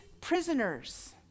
prisoners